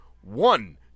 one